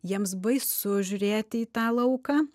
jiems baisu žiūrėti į tą lauką